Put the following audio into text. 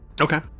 Okay